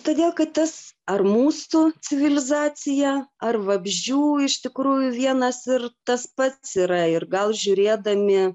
todėl kad tas ar mūsų civilizacija ar vabzdžių iš tikrųjų vienas ir tas pats yra ir gal žiūrėdami